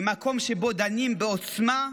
למקום שבו דנים בעוצמה,